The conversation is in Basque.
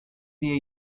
die